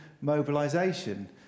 Mobilisation